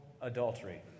adultery